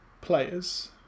players